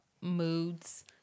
moods